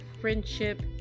friendship